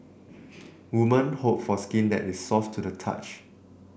women hope for skin that is soft to the touch